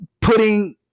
putting